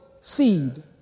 seed